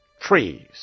trees